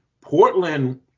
Portland